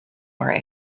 are